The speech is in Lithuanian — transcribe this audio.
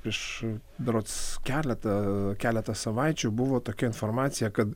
prieš berods keletą keletą savaičių buvo tokia informacija kad